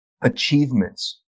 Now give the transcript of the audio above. achievements